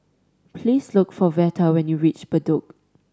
please look for Veta when you reach Bedok